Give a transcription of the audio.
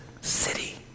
city